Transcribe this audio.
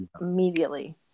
immediately